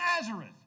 Nazareth